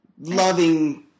loving